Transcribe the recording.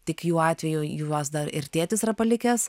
tik jų atveju juos dar ir tėtis yra palikęs